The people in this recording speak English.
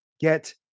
get